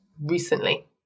recently